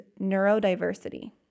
neurodiversity